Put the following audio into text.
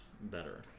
better